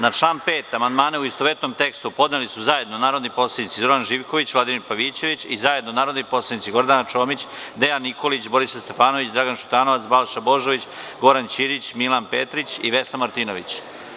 Na član 5. amandmane, u istovetnom tekstu, podneli su zajedno narodni poslanici Zoran Živković i Vladimir Pavićević i zajedno narodni poslanici Gordana Čomić, Dejan Nikolić, Borislav Stefanović, Dragan Šutanovac, Balša Božović, Goran Ćirić, Milan Petrić i Vesna Martinović.